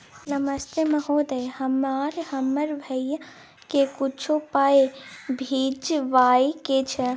नमस्ते महोदय, हमरा हमर भैया के कुछो पाई भिजवावे के छै?